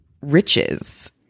riches